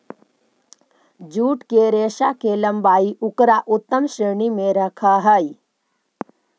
jute के रेशा के लम्बाई उकरा उत्तम श्रेणी में रखऽ हई